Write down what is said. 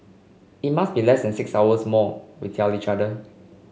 it must be less than six hours more we tell each other